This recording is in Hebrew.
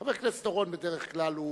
חבר הכנסת אורון, בדרך כלל הוא